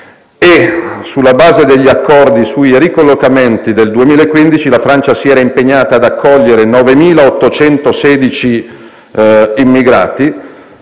Sulla base degli accordi sui ricollocamenti del 2015, la Francia si era impegnata ad accogliere 9.816 immigrati